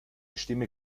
stimme